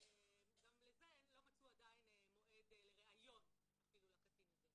גם לזה לא מצאו עדיין מועד לריאיון אפילו לקטין הזה.